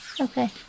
Okay